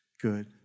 good